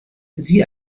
sie